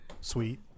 Sweet